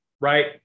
right